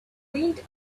wind